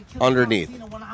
Underneath